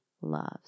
loves